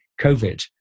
COVID